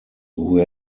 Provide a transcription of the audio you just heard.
who